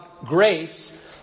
grace